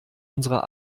unserer